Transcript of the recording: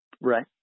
Right